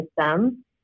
system